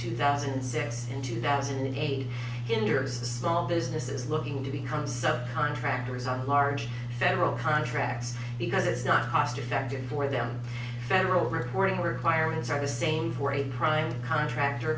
two thousand and six and two thousand and eight hinders small businesses looking to become subcontractors on large federal contracts because it's not cost effective for them federal reporting requirements are the same for a prime contractor